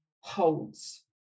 holds